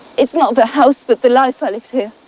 it's not the house but the life i lived here.